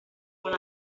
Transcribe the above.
con